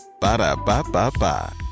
Ba-da-ba-ba-ba